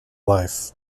life